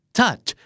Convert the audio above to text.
touch